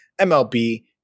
MLB